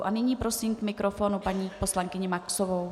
A nyní prosím k mikrofonu paní poslankyni Maxovou.